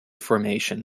formation